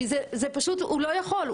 הוא לא יכול,